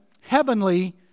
heavenly